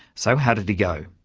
so, how did he go?